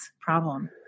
problem